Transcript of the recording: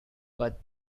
but